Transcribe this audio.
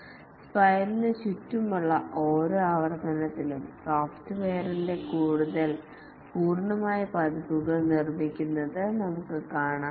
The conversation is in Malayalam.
സ്പൈറൽനു ചുറ്റുമുള്ള ഓരോ ആവർത്തനത്തിലും സോഫ്റ്റ്വെയറിന്റെ കൂടുതൽ കൂടുതൽ പൂർണ്ണമായ പതിപ്പുകൾ നിർമ്മിക്കുന്നത് നമുക്ക് കാണാം